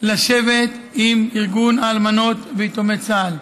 לשבת עם ארגון האלמנות ויתומי צה"ל,